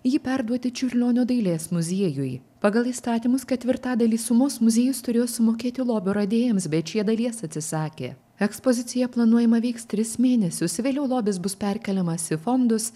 jį perduoti čiurlionio dailės muziejui pagal įstatymus ketvirtadalį sumos muziejus turėjo sumokėti lobio radėjams bet šie dalies atsisakė ekspozicija planuojama veiks tris mėnesius vėliau lobis bus perkeliamas į fondus